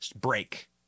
break